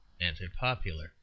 anti-popular